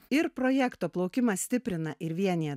ir projekto plaukimas stiprina ir vienija